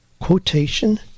quotation